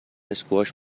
اسکواش